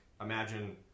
imagine